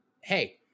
Hey